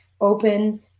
open